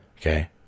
Okay